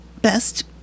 best